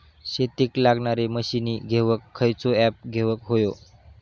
शेतीक लागणारे मशीनी घेवक खयचो ऍप घेवक होयो?